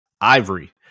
Ivory